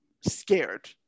scared